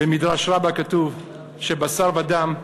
במדרש רבה כתוב ש"בשר ודם,